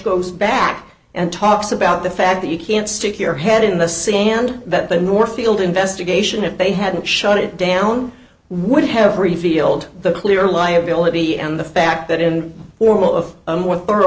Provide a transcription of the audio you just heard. goes back and talks about the fact that you can't stick your head in the sand that the northfield investigation if they hadn't shut it down would have revealed the clear liability and the fact that in or out of a more thorough